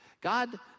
God